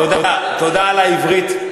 תודה על העברית.